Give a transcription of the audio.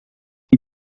die